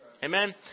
Amen